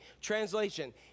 Translation